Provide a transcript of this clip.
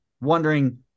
wondering